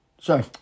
sorry